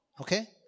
Okay